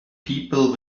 people